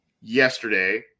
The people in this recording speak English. yesterday